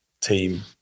team